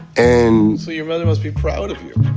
and so your mother must be proud of you.